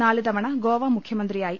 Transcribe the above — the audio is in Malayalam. നാല് തവണ ഗോവ മുഖ്യമന്ത്രിയായി